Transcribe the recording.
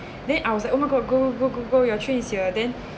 then I was like oh my god go go go go go go your train is here then